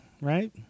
Right